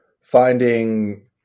finding